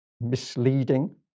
misleading